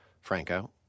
Franco